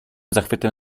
zachwytem